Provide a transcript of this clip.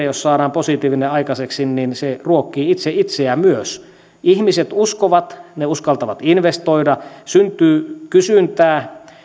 jos saadaan tämmöinen positiivinen kierre aikaiseksi niin se ruokkii myös itse itseään ihmiset uskovat he uskaltavat investoida sitä kautta syntyy kysyntää